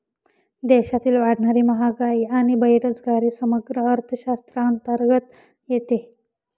देशातील वाढणारी महागाई आणि बेरोजगारी समग्र अर्थशास्त्राअंतर्गत येते